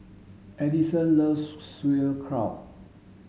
Edison loves Sauerkraut